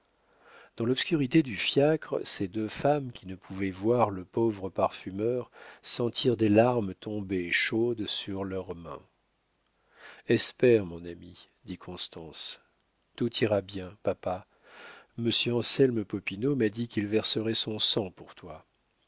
dans l'obscurité du fiacre ces deux femmes qui ne pouvaient voir le pauvre parfumeur sentirent des larmes tombées chaudes sur leurs mains espère mon ami dit constance tout ira bien papa monsieur anselme popinot m'a dit qu'il verserait son sang pour toi